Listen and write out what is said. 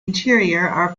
interior